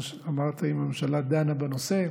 אמרת: אם הממשלה דנה בנושא,